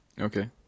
Okay